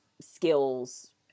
skills